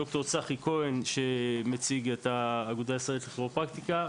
ד"ר צחי כהן שמציג את האגודה הישראלית לכירופרקטיקה,